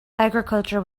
agriculture